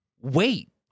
wait